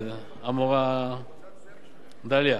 המורה דליה,